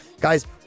Guys